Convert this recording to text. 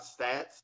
stats